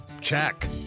check